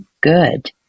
good